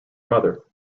mother